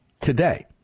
today